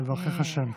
יברכך ה'.